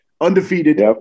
undefeated